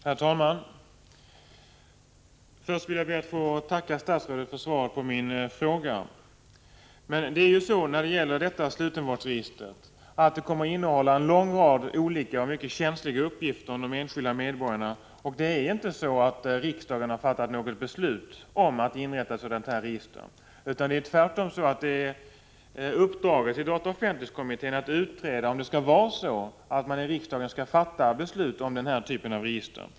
Herr talman! Först vill jag be att få tacka statsrådet för svaret på min fråga. Ett slutenvårdsregister kommer att innehålla en lång rad olika och mycket känsliga uppgifter om de enskilda medborgarna. Riksdagen har emellertid inte fattat något beslut om att inrätta ett sådant register, utan tvärtom har dataoch offentlighetskommittén i uppdrag att utreda frågan om huruvida riksdagen skall fatta beslut om denna typ av register.